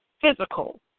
physical